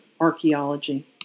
archaeology